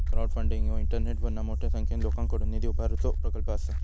crowdfunding ह्यो इंटरनेटवरना मोठ्या संख्येन लोकांकडुन निधी उभारुचो प्रकल्प असा